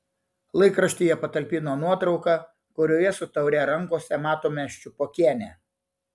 laikraštyje patalpino nuotrauką kurioje su taure rankose matome ščiupokienę